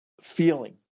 feeling